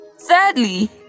thirdly